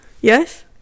yes